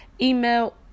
email